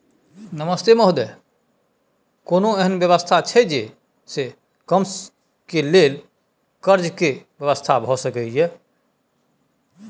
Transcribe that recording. नमस्ते महोदय, कोनो एहन व्यवस्था छै जे से कम के लेल कर्ज के व्यवस्था भ सके ये?